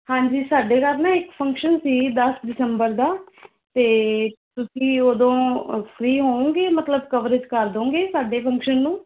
ਹਾਂਜੀ ਸਾਡੇ ਘਰ ਨਾ ਇੱਕ ਫ਼ੰਕਸ਼ਨ ਸੀ ਦਸ ਦਿਸੰਬਰ ਦਾ ਅਤੇ ਤੁਸੀਂ ਓਦੋਂ ਫ੍ਰੀ ਹੋਓਂਗੇ ਮਤਲਬ ਕਵਰੇਜ ਕਰ ਦਓਂਗੇ ਸਾਡੇ ਫ਼ੰਕਸ਼ਨ ਨੂੰ